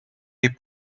jej